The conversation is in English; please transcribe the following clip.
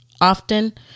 often